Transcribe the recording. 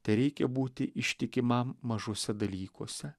tereikia būti ištikimam mažuose dalykuose